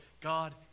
God